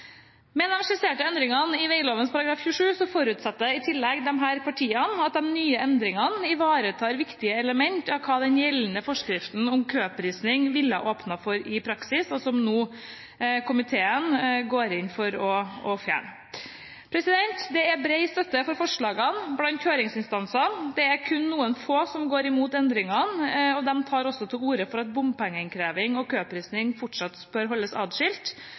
Med de skisserte endringene i veglovens § 27 forutsetter i tillegg disse partiene at de nye endringene ivaretar viktige element av hva den gjeldende forskriften om køprising ville åpnet for i praksis, som komiteen nå går inn for å fjerne. Det er bred støtte for forslagene blant høringsinstansene. Det er kun noen få som går imot endringene, og de tar til orde for at bompengeinnkreving og køprising fortsatt bør holdes adskilt.